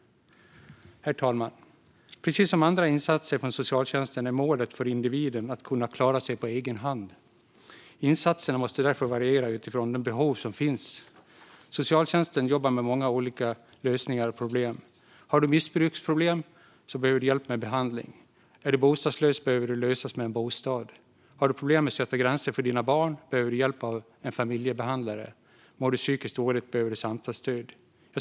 Herr talman! Precis som med andra insatser från socialtjänsten är målet för individen att kunna klara sig på egen hand. Insatserna måste därför variera utifrån de behov som finns. Socialtjänsten jobbar med många olika lösningar och problem. Om du har missbruksproblem behöver du hjälp med behandling. Om du är bostadslös behöver det lösas med en bostad. Om du har problem med att sätta gränser för dina barn behöver du hjälp av en familjebehandlare. Om du mår psykiskt dåligt behöver du samtalsstöd.